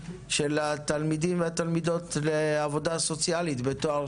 של התלמידים והתלמידות לעבודה סוציאלית בתואר